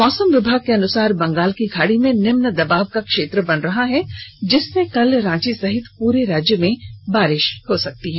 मौसम विभाग के अनुसार बंगाल की खाड़ी में निम्न दबाव का क्षेत्र बन रहा है जिससे कल रांची सहित पूरे राज्य में बारिश हो सकती है